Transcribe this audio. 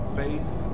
Faith